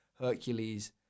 Hercules